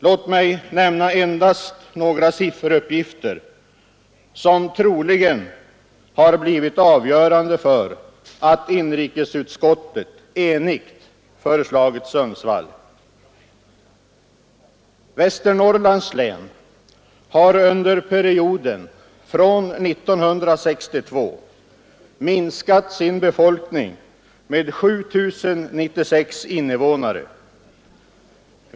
Låt mig nämna några siffreruppgifter som troligen har blivit avgörande för att inrikesutskottet enhälligt föreslagit Sundsvall. Västernorrlands län har under perioden från 1962 minskat sin befolkning med 7 096 invånare.